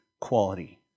quality